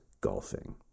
golfing